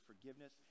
forgiveness